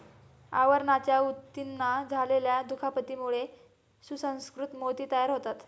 आवरणाच्या ऊतींना झालेल्या दुखापतीमुळे सुसंस्कृत मोती तयार होतात